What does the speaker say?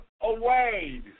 away